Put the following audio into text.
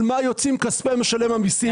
על מה יוצאים כספי משלם המיסים?